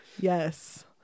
Yes